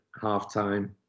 halftime